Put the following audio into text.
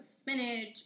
spinach